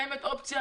קיימת אופציה.